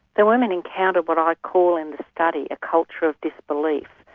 the women encountered what i call in the study a culture of disbelief.